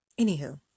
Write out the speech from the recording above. Anywho